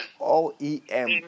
O-E-M